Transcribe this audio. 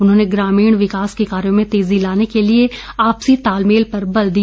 उन्होंने ग्रामीण विकास के कार्यों में तेजी लाने के लिए आपसी तालमेल पर बल दिया